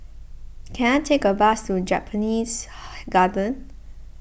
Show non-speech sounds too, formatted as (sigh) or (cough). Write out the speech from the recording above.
can I take a bus to Japanese (unintelligible) Garden